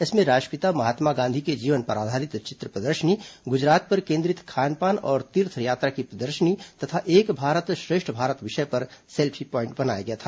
इसमें राष्ट्रपिता महात्मा गांधी के जीवन पर आधारित चित्र प्रदर्शनी गुजरात पर केंद्रित खान पान और तीर्थयात्रा की प्रदर्शनी तथा एक भारत श्रेष्ठ भारत विषय पर सेल्फी प्वाइंट बनाया गया था